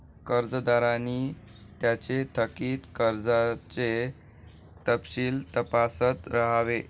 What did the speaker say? कर्जदारांनी त्यांचे थकित कर्जाचे तपशील तपासत राहावे